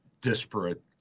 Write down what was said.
disparate